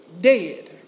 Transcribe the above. dead